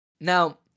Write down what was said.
Now